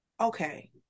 Okay